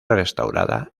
restaurada